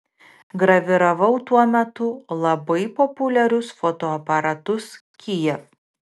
graviravau tuo metu labai populiarius fotoaparatus kijev